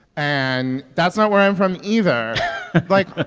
and that's not where i'm from either like,